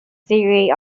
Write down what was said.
theory